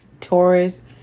Taurus